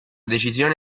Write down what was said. decisione